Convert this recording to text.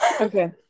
Okay